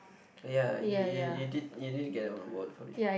oh ya you you you did you didn't get an award for it